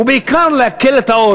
ובעיקר, להקל את העול.